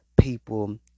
people